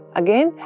again